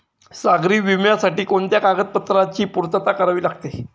सागरी विम्यासाठी कोणत्या कागदपत्रांची पूर्तता करावी लागते?